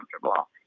comfortable